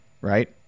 right